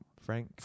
Frank